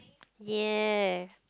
ya